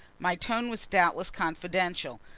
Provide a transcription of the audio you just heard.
my tone was doubtless confidential,